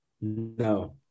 No